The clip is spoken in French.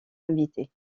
invités